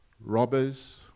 robbers